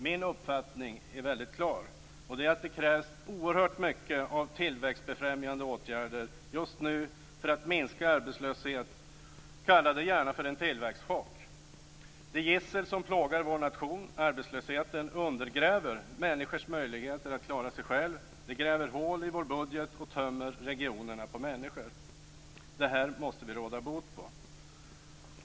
Min uppfattning är väldigt klar, nämligen att det krävs oerhört mycket av tillväxtfrämjande åtgärder just nu för att minska arbetslösheten - kalla det gärna för en tillväxtchock. Det gissel som plågar vår nation - arbetslösheten - undergräver människors möjligheter att klara sig själva, gräver hål i vår budget och tömmer regionerna på människor. Detta måste vi råda bot på.